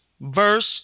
verse